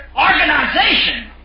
organization